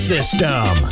System